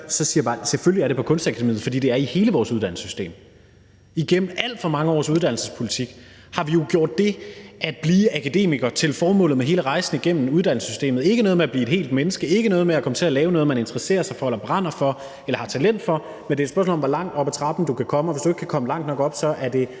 at det selvfølgelig også er sket på Kunstakademiet, for det er sket i hele vores uddannelsessystem. Igennem alt for mange års uddannelsespolitik har vi jo gjort det at blive akademiker til formålet med hele rejsen gennem uddannelsessystemet. Det er ikke noget med at blive et helt menneske, det er ikke noget med at komme til at lave noget, man interesserer sig for, brænder for eller har talent for, men det er et spørgsmål om, hvor langt op ad trappen du kan komme, og hvis du ikke kan komme langt nok op, er det